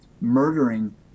murdering